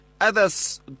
others